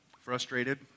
frustrated